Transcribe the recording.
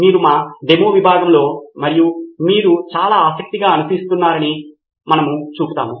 మీరు మా డెమో విభాగంలో మరియు మీరు చాలా ఆసక్తిగా అనుసరిస్తున్నారని మనము చూపుతాము